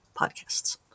podcasts